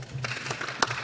Hvala.